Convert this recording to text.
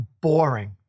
boring